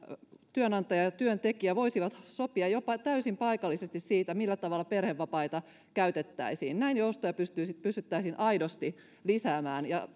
työnantaja ja työntekijä voisivat sopia jopa täysin paikallisesti siitä millä tavalla perhevapaita käytettäisiin näin joustoja pystyttäisiin pystyttäisiin aidosti lisäämään ja